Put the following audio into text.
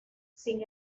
sin